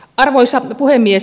arvoisa puhemies